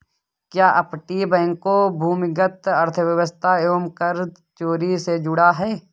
क्या अपतटीय बैंक भूमिगत अर्थव्यवस्था एवं कर चोरी से जुड़ा है?